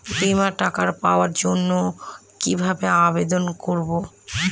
বিমার টাকা পাওয়ার জন্য কিভাবে আবেদন করব?